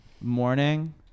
morning